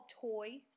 toy